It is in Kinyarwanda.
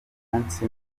munsi